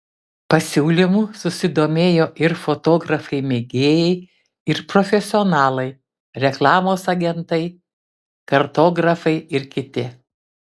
pasiūlymu susidomėjo ir fotografai mėgėjai ir profesionalai reklamos agentai kartografai ir kiti